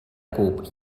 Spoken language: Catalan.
cub